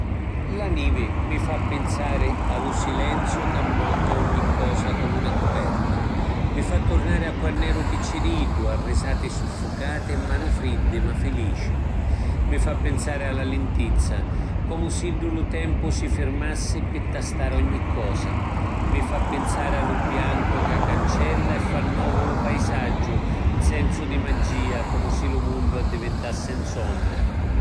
La nivi mi fa pinsari a lu silenziu ca ammogghia ogni cosa comu na cuperta; mi fa turnari a quann’eru picciriddu, a risati suffucati e manu friddi ma filici; mi fa pinsari a la lintizza come siddu lu tempu si firmassi pi tastari ogni cosa. Mi fa pinsari a lu biancu ca cancella e fa novu lu paisaggio; ‘n sensu di magia, comu si lu munnu addivintassi ‘n sonnu.